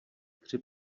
tři